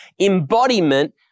embodiment